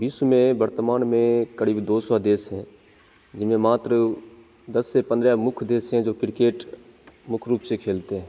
विश्व में वर्तमान में करीब दो सौ देश हैं जिनमें मात्र दस से पन्द्रह मुख्य देश है जो क्रिकेट मुख्य रूप से खेलते हैं